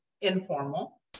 informal